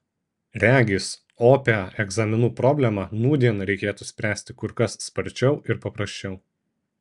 regis opią egzaminų problemą nūdien reikėtų spręsti kur kas sparčiau ir paprasčiau